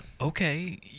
Okay